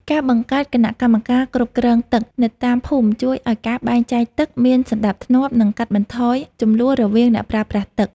ការបង្កើតគណៈកម្មការគ្រប់គ្រងទឹកនៅតាមភូមិជួយឱ្យការបែងចែកទឹកមានសណ្តាប់ធ្នាប់ និងកាត់បន្ថយជម្លោះរវាងអ្នកប្រើប្រាស់ទឹក។